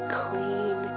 clean